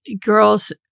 girls